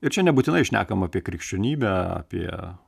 ir čia nebūtinai šnekam apie krikščionybę apie